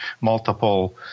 multiple